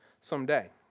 someday